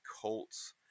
Colts